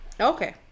Okay